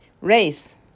Race